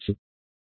ఇది 0